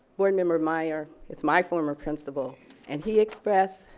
board member meyer is my former principal and he expressed